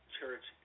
church